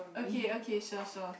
okay okay sure sure